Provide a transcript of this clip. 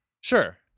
Sure